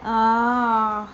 oh